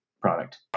product